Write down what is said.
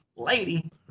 lady